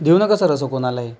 देऊ नका सर असं कुणालाही